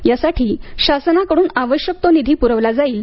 यासाठी शासनाकडून आवश्यक तो निधी पुरविला जाईल